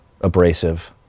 abrasive